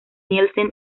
nielsen